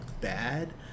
bad